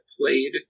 played